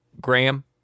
Graham